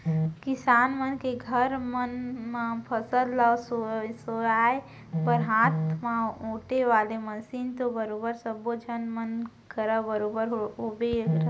किसान मन के घर मन म फसल ल ओसाय बर हाथ म ओेटे वाले मसीन तो बरोबर सब्बे झन मन करा बरोबर होबे करथे